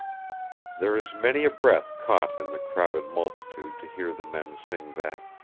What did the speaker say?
there is many a breath caught in the crowded multitude to hear the men sing that.